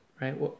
Right